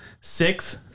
six